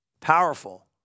Powerful